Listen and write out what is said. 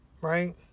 Right